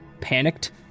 panicked